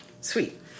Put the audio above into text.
Sweet